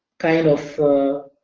kind of